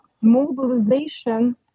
mobilization